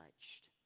touched